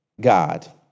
God